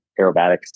aerobatics